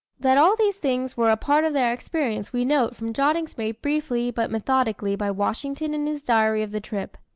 that all these things were a part of their experience we note from jottings made briefly but methodically by washington in his diary of the trip.